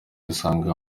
usanga